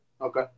Okay